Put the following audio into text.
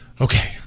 Okay